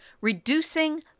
reducing